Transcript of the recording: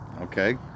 Okay